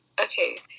Okay